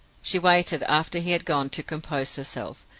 she waited, after he had gone, to compose herself,